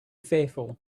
fearful